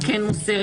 אם את כן מוסרת,